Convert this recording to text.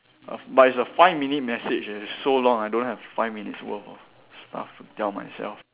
of by it's a five minute message leh it's so long I don't have five minutes worth of stuff to tell myself